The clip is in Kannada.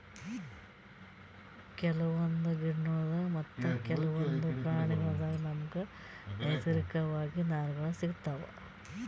ಕೆಲವೊಂದ್ ಗಿಡಗೋಳ್ಳಿನ್ದ್ ಮತ್ತ್ ಕೆಲವೊಂದ್ ಪ್ರಾಣಿಗೋಳ್ಳಿನ್ದ್ ನಮ್ಗ್ ನೈಸರ್ಗಿಕವಾಗ್ ನಾರ್ಗಳ್ ಸಿಗತಾವ್